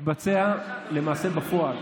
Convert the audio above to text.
מתבצע בפועל